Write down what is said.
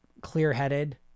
clear-headed